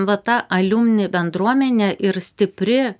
va ta aliumini bendruomenė ir stipri